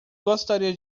gostaria